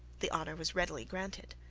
the honour was readily granted,